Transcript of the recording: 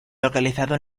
localizado